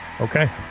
Okay